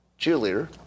Cheerleader